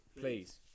Please